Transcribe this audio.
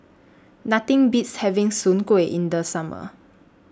Nothing Beats having Soon Kway in The Summer